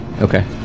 Okay